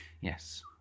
Yes